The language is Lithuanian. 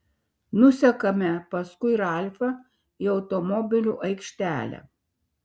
nusekame paskui ralfą į automobilių aikštelę